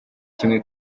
kimwe